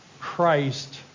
Christ